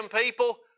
people